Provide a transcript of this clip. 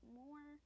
more